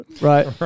Right